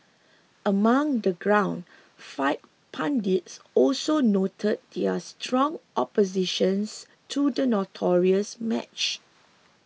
among the ground fight pundits also noted their strong opposition to the notorious match